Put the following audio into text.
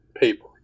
paper